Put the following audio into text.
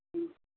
ம்